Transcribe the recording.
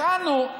הכנו,